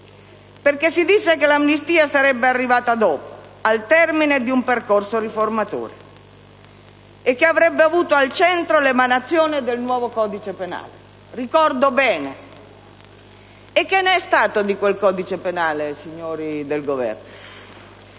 perché si disse che l'amnistia sarebbe arrivata dopo, al termine di un percorso riformatore che avrebbe avuto al centro l'emanazione del nuovo codice penale. Ricordo bene. E che ne è stato di quel codice penale, signori del Governo?